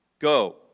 Go